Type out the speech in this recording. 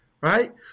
right